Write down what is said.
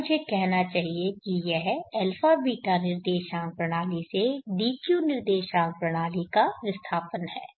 या मुझे कहना चाहिए की यह α β निर्देशांक प्रणाली से d q निर्देशांक प्रणाली का विस्थापन है